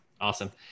awesome